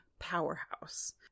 powerhouse